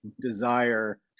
desire